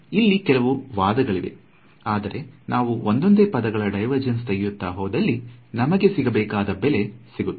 ಇಲ್ಲಿ ಕೆಲವು ವಾದಗಳಿವೆ ಆದರೆ ನಾವು ಒಂದೊಂದೇ ಪದಗಳ ಡಿವೆರ್ಜನ್ಸ್ ತೆಗೆಯುತ್ತಾ ಹೋದಲ್ಲಿ ನಮಗೆ ಸಿಗಬೇಕಾದ ಬೆಲೆ ಸಿಗುತ್ತದೆ